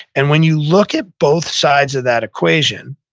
and when you look at both sides of that equation,